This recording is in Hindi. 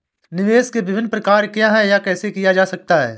निवेश के विभिन्न प्रकार क्या हैं यह कैसे किया जा सकता है?